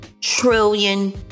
trillion